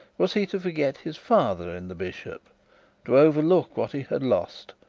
was he to forget his father in the bishop to overlook what he had lost,